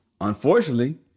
Unfortunately